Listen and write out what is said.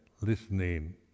listening